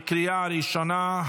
בקריאה הראשונה.